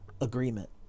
agreement